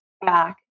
back